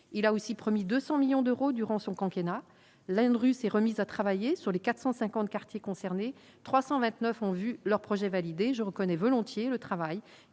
il a aussi promis 200 millions d'euros durant son quinquennat l'ANRU s'est remis à travailler sur les 450 quartiers concernés 329 ont vu leurs projets validés, je reconnais volontiers le travail